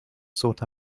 sort